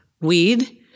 weed